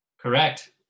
Correct